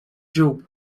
job